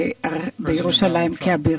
העבודה שהתחלנו באותו היום נותרה לא